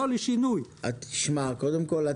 לא לשינוי --- קודם כול,